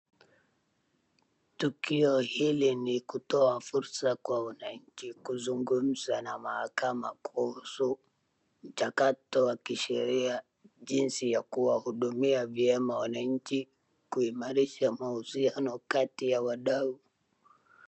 Tuki hili ni kutoa fursa kwa wananchi kuzungumza na mahakama kuhusu mtakato wa kisheria jinsi ya kuwahudumia vyema wananchi, kuimarisha mahusiano kati ya wadau.